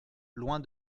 loin